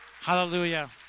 Hallelujah